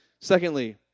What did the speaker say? Secondly